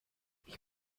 ich